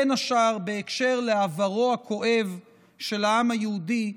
בין השאר בהקשר לעברו הכואב של העם היהודי,